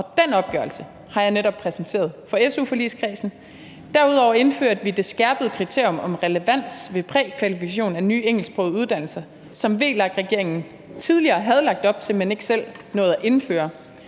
og den opgørelse har jeg netop præsenteret for su-forligskredsen. Derudover indførte vi det skærpede kriterium om relevans ved prækvalifikation af nye engelsksprogede uddannelser, som VLAK-regeringen tidligere havde lagt op til, men ikke selv nåede at indføre.